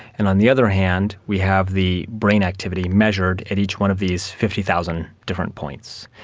and on the other hand we have the brain activity measured at each one of these fifty thousand different points.